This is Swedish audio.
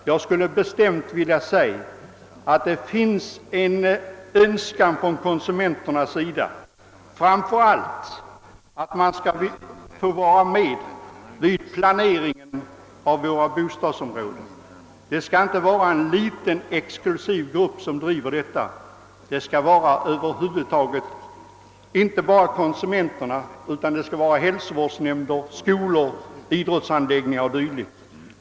Jag skulle bestämt vilja säga att det finns en önskan från konsumenternas sida framför allt att få vara med vid planeringen av våra bostadsområden. Planeringen skall inte göras av en liten exklusiv grupp. Inte bara konsumenterna utan även hälsovårdsnämnder, skolor, idrottsorganisationer m.fl. bör få delta i planeringen.